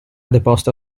deposta